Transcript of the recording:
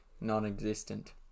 non-existent